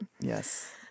Yes